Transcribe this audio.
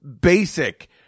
basic